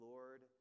Lord